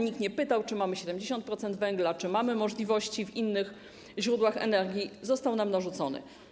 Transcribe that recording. Nikt nie pytał, czy mamy 70% węgla, czy mamy możliwości co do innych źródeł energii - został nam narzucony.